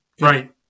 Right